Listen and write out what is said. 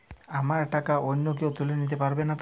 আমার টাকা অন্য কেউ তুলে নিতে পারবে নাতো?